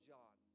John